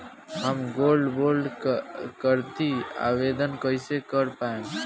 हम gold bond करतिं आवेदन कइसे कर पाइब?